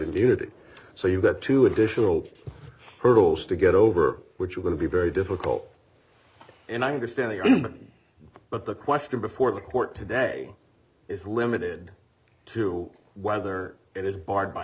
immunity so you've got two additional hurdles to get over which would be very difficult and i understand the argument but the question before the court today is limited to whether it is barred by